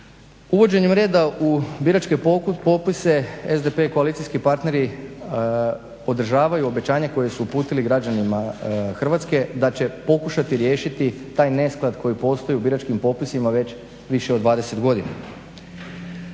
Uvođenjem reda u biračke popise SDP i koalicijski partneri podržavaju obećanje koje su uputili građanima Hrvatske da će pokušati riješiti taj nesklad koji postoji u biračkim popisima već više od 20 godina.